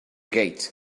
gate